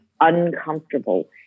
uncomfortable